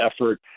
effort